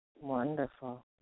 Wonderful